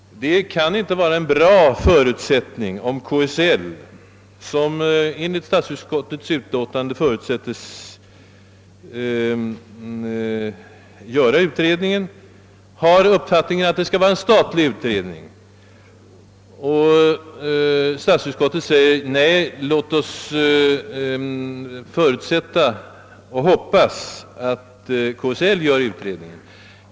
Det kan inte vara en riktigt bra förutsättning, om KSL, som enligt statsutskottets utlåtande förutsättes verkställa utredningen, har uppfattningen att det skall vara en statlig utredning, medan statsutskottet säger: Nej, låt oss förutsätta och hoppas att KSL gör utredningen.